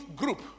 group